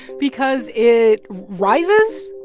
because it rises?